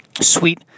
Sweet